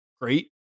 great